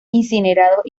incinerados